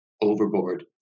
overboard